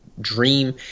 dream